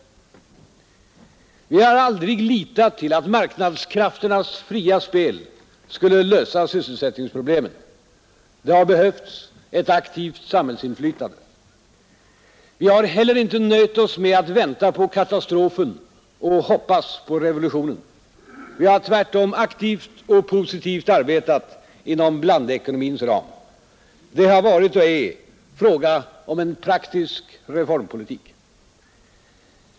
Vi har aldrig litat till att marknadskrafternas fria spel skulle lösa sysselsättningsproblemen, Det har behövts ett aktivt samhällsinflytande. Vi har heller inte nöjt oss med att vänta på katastrofen och hoppas på revolutionen. Vi har tvärtom aktivt och positivt arbetat inom blandekonomins ram, Det har varit och är fråga om en praktisk reformpolitik.